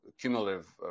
cumulative